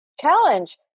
challenge